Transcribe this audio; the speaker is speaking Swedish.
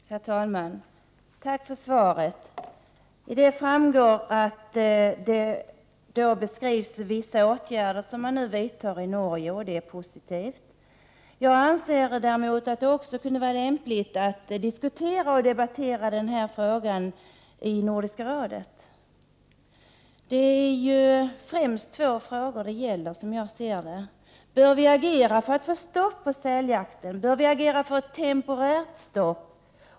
Herr talman! Tack för svaret. I svaret beskrivs vissa åtgärder som nu vidtas i Norge, och det är positivt. Jag anser däremot att det också kunde vara lämpligt att diskutera denna fråga i Nordiska rådet. Det är främst två frågor det gäller, som jag ser det. Bör vi agera för att få stopp på säljakten, eller bör vi agera för ett temporärt stopp?